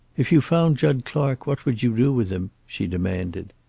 if you found jud clark, what would you do with him? she demanded.